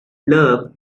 love